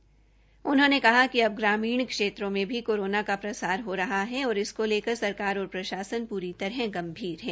बिजली मंत्री ने कहा कि अब ग्रामीण क्षेत्रों में भी कोरोना का प्रसार हो रहा है इसको लेकर सरकार और प्रशासन पूरी तरह गंभीर है